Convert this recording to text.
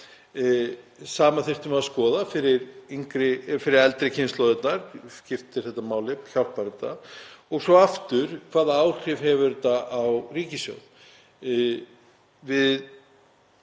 Sama þyrftum við að skoða fyrir eldri kynslóðirnar. Skiptir þetta máli, hjálpar þetta? Og svo: Hvaða áhrif hefur þetta á ríkissjóð?